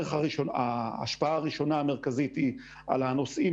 ההשפעה הראשונה המרכזית היא על הנוסעים